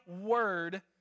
word